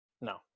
No